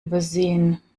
übersehen